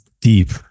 deep